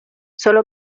sólo